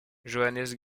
joannès